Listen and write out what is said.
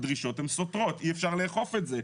הדרישות הן סותרות ואי אפשר לאכוף את זה.